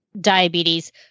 diabetes